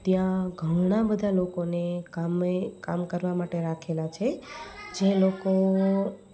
ત્યાં ઘણાબધા લોકોને કામ કરવા માટે રાખેલા છે જે લોકો